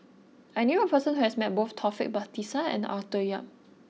I knew a person who has met both Taufik Batisah and Arthur Yap